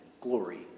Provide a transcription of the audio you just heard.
glory